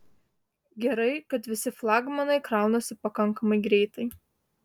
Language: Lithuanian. gerai kad visi flagmanai kraunasi pakankamai greitai